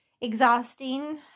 exhausting